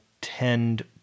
tend